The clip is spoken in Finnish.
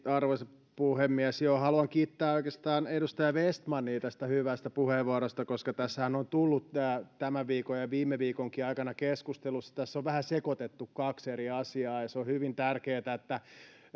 arvoisa puhemies haluan kiittää oikeastaan edustaja vestmania tästä hyvästä puheenvuorosta koska tästähän on tullut tämän viikon ja viime viikonkin aikana keskusteluja tässä on vähän sekoitettu kaksi eri asiaa ja se on on hyvin tärkeätä että